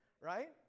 Right